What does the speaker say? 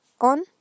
on